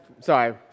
Sorry